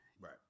Right